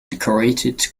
decorated